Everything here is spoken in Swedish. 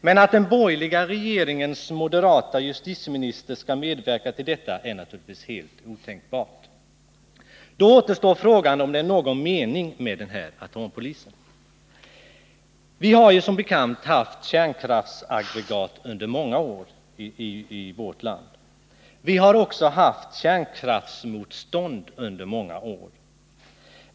Men att den borgerliga regeringens moderate justitieminister skall medverka till detta är naturligtvis helt otänkbart. Då återstår frågan om det är någon mening med den här atompolisen. Vi har som bekant haft kärnkraftsaggregat under många år i vårt land. Vi har också haft kärnkraftsmotstånd under många år.